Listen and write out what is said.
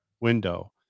window